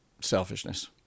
selfishness